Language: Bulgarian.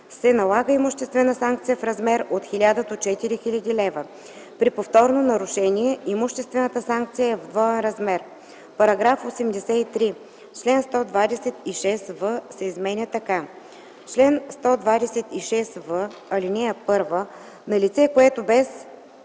се налага имуществена санкция в размер от 1000 до 4000 лв. При повторно нарушение имуществената санкция е в двоен размер.” „§ 83. Член 126в се изменя така: „Чл. 126в. (1) На лице, което без